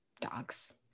Dogs